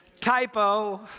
Typo